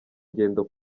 ingendo